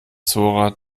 zora